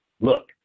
look